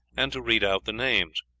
and to read out the names.